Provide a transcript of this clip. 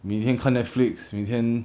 每天看 Netflix 每天